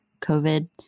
COVID